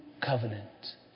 covenant